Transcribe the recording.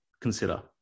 consider